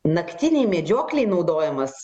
naktinei medžioklei naudojamas